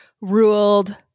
ruled